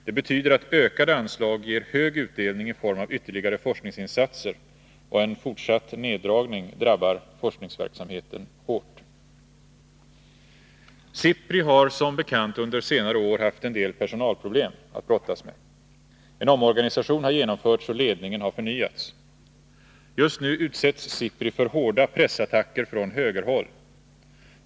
Det betyder att ökade anslag ger hög Torsdagen den utdelning i form av ytterligare forskningsinsatser och att en fortsatt 18 mars 1982 neddragning drabbar forskningsverksamheten hårt. SIPRI har som bekant under senare år haft en del personalproblem att brottas med. En omorganisation har genomförts och ledningen har förnyats. Just nu utsätts SIPRI för hårda pressattacker från högerhåll.